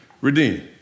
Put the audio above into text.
redeem